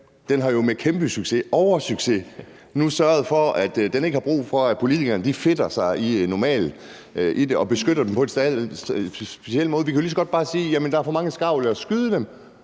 den har nu jo med kæmpesucces – oversucces – sørget for, at den ikke har brug for, at politikerne fedter sig ind i det og beskytter den på en speciel måde. Vi kan jo lige så godt bare sige, at der er for mange skarver, og lad os skyde dem,